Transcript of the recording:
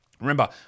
Remember